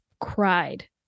cried